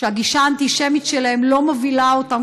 שהגישה האנטישמית שלהם לא מובילה אותם,